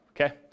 Okay